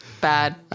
bad